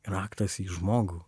raktas į žmogų